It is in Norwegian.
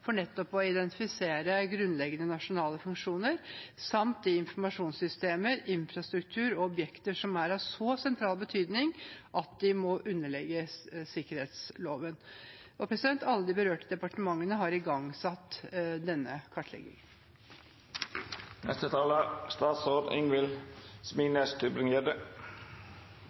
for nettopp å identifisere grunnleggende nasjonale funksjoner, samt informasjonssystemer, infrastruktur og objekter som er av så sentral betydning at de må underlegges sikkerhetsloven. Alle de berørte departementene har igangsatt denne kartleggingen.